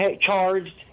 charged